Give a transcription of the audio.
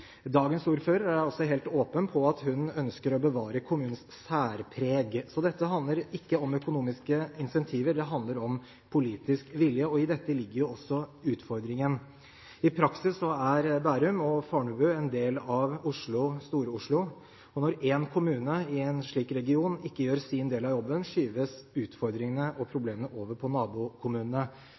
Dagens ordfører er også helt åpen på at hun ønsker å bevare kommunens særpreg. Så dette handler ikke om økonomiske incentiver – det handler om politisk vilje. I dette ligger også utfordringen. I praksis er Bærum og Fornebu en del av Stor-Oslo. Når én kommune i en slik region ikke gjør sin del av jobben, skyves utfordringene og problemene over på nabokommunene.